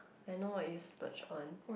I know what you splurge on